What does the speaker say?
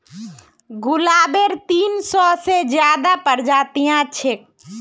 गुलाबेर तीन सौ से ज्यादा प्रजातियां छेक